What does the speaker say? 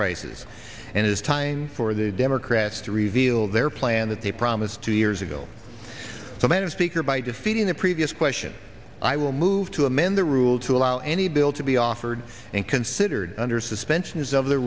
prices and it is time for the democrats to reveal their plan that they promised two years ago so madam speaker by defeating the previous question i will move to amend the rule to allow any bill to be offered and considered under suspension is of the